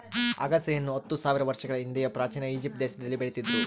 ಅಗಸೆಯನ್ನು ಹತ್ತು ಸಾವಿರ ವರ್ಷಗಳ ಹಿಂದೆಯೇ ಪ್ರಾಚೀನ ಈಜಿಪ್ಟ್ ದೇಶದಲ್ಲಿ ಬೆಳೀತಿದ್ರು